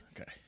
Okay